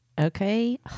Okay